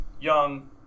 young